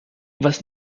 was